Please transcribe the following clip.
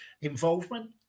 involvement